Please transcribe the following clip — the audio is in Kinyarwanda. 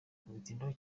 kubitindaho